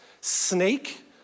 snake